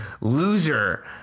Loser